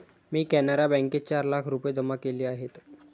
मी कॅनरा बँकेत चार लाख रुपये जमा केले आहेत